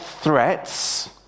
threats